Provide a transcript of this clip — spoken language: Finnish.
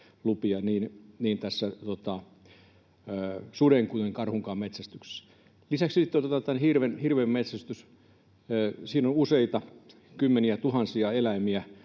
paremmin tässä suden kuin karhunkaan metsästyksessä. Lisäksi sitten otetaan tämä hirvenmetsästys. Siinä useita kymmeniä tuhansia eläimiä